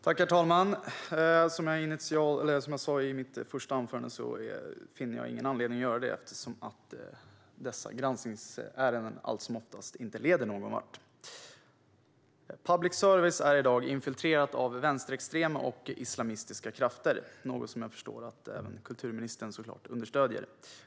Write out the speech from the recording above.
Herr talman! Som jag sa i mitt första anförande finner jag ingen anledning att göra det eftersom dessa granskningsärenden allt som oftast inte leder någon vart. Public service är i dag infiltrerat av vänsterextrema och islamistiska krafter, något som jag förstår att även kulturministern såklart understöder.